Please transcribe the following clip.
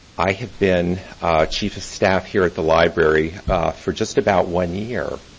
i have been chief of staff here at the library for just about one year.